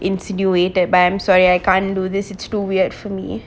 insinuated but I'm sorry I can't do this it's too weird for me